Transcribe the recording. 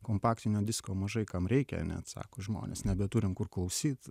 kompaktinio disko mažai kam reikia net sako žmonės nebeturim kur klausyt